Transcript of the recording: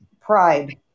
pride